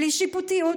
בלי שיפוטיות,